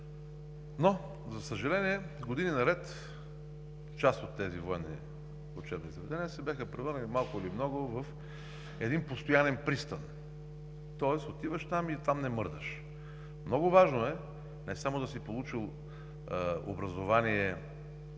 Но, за съжаление, години наред част от тези учебни заведения се бяха превърнали малко или много в един постоянен пристан. Тоест, отиваш там и от там не мърдаш. Много важно е не само да си получил образование